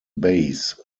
base